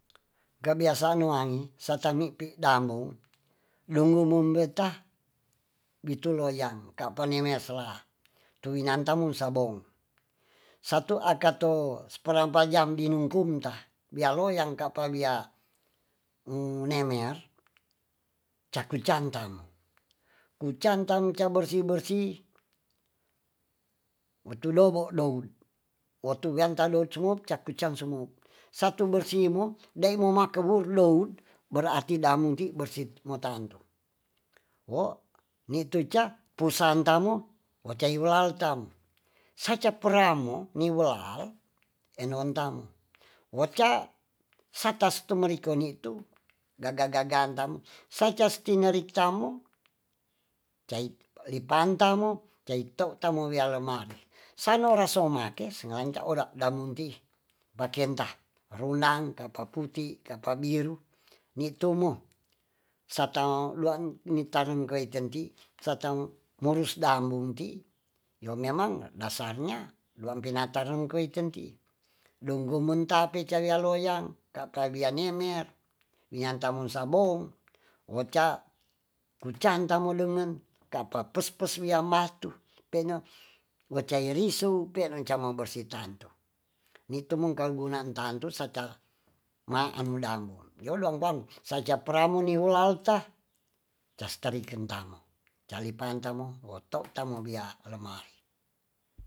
Kabiasaan nuangi satami pi damu dongo mumbeta bitu loyang ka'pani miasela tuwinanta mung sabong satu akato seper ampajam dinungkumta bialoyang kapabiya munemer caku cancang kucancang cabersih bersih metudobo dong wetu wiantado smut cakucang sumup satu bersih muh daimo makewur doure berarti damonti bersih motaantu wo nitu ca pusaantamu wecailulaltam sacaperamo niwelal enontamu waca satas tu merikonitu gaga gagaan tamu sacas tinerik tamu cai lipan tamu cai to tamu wianolamari sanorasoma kei sanganca ora damongki pakenta rurang kapapungki kapabiru ni tumu satalua ni tama lua nitanam kaitenti satamorus damenti ya memang dasarnya luangkenam tanam koutenti donggomuntape cawea loyang kakawianemer wiantamunsabong woca wocaamundengen kapa pespes wiamatu pene wecaerisu pe' neca we bersih tantu ni tumenkegunaan tantu saca ma amudango ya ulang bang sacaperamu niulalta casteriken tamo calicanpamo woto'tamo biaremar.